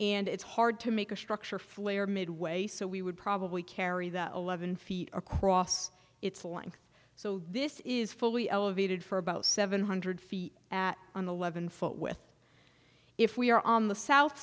and it's hard to make a structure flare midway so we would probably carry the eleven feet across its length so this is fully elevated for about seven hundred feet at on the levin foot with if we are on the south